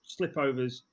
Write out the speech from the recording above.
slipovers